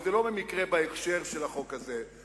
וזה לא במקרה בהקשר של החוק הזה.